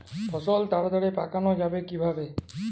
ফসল তাড়াতাড়ি পাকানো যাবে কিভাবে?